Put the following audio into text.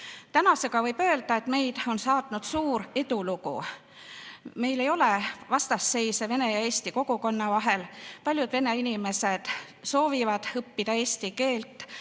Täna võib öelda, et meid on saatnud suur edulugu. Meil ei ole vastasseise vene ja eesti kogukonna vahel. Paljud vene inimesed soovivad õppida eesti keelt